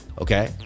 okay